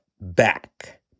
back